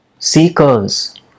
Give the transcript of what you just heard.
seekers